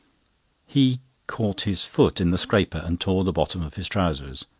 he caught his foot in the scraper, and tore the bottom of his trousers.